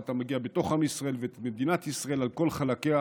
אתה מגיע בתוך עם ישראל ואת מדינת ישראל על כל חלקיה.